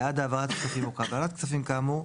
בעד העברת כספים או קבלת כספים כאמור,